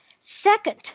Second